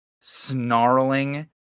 snarling